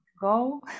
go